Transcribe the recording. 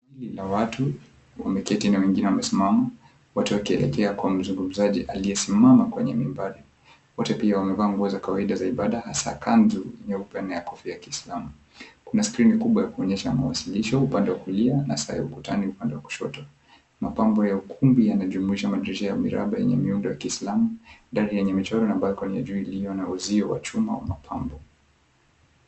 ...la watu wameketi na mwingine amesimama, wote wakielekea kwa mzungumzaji aliyesimama kwa mimbari, wote pia wamevaa nguo za kawaida za ibada hasa kanzu nyeupe na kofia ya kiislamu. Kuna skrini kubwa ya kuonyesha mawasilisho upande wakulia na saa ya ukutani upande wa kushoto. Mapambo ya ukumbi yanajumuisha madirisha ya miraba yenye miundo ya kiislamu, dari yenye michoro ambako ni ya juu ilio na uzio wa chuma au mapambo.